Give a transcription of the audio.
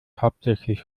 hauptsächlich